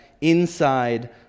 Inside